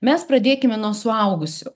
mes pradėkime nuo suaugusių